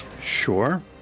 Sure